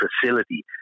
facility